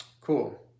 Cool